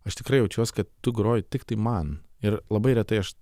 aš tikrai jaučiuos kad tu groji tiktai man ir labai retai aš